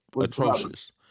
atrocious